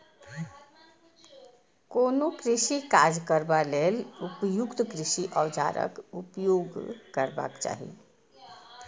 कोनो कृषि काज करबा लेल उपयुक्त कृषि औजारक उपयोग करबाक चाही